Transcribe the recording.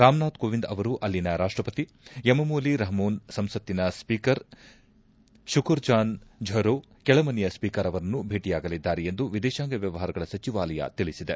ರಾಮನಾಥ್ ಕೋವಿಂದ್ ಅವರು ಅಲ್ಲಿನ ರಾಷ್ಲಪತಿ ಯೆಮಮೋಲಿ ರಹೋನ್ ಸಂಸತಿನ ಸೀಕರ್ ಶುಕುರ್ಜಾನ್ ಝಹೋವ್ ಕೆಳಮನೆಯ ಸ್ವೀಕರ್ ಅವರನ್ನು ಭೇಟಿಯಾಗಲಿದ್ದಾರೆ ಎಂದು ವಿದೇಶಾಂಗ ವ್ಲವಹಾರಗಳ ಸಚಿವಾಲಯ ತಿಳಿಸಿದೆ